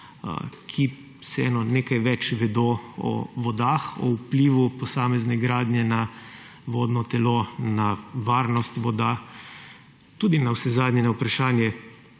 ki vseeno nekaj več vedo o vodah, o vplivu posamezne gradnje na vodno telo, na varnost voda, tudi navsezadnje na vprašanje